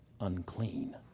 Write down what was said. Unclean